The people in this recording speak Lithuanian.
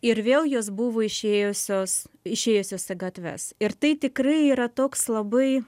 ir vėl jos buvo išėjusios išėjusios į gatves ir tai tikrai yra toks labai